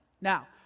Now